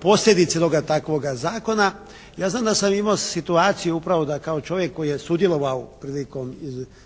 posljedica takvoga jednoga zakona. Ja znam da sam imao situaciju upravo da kao čovjek koji je sudjelovao prilikom,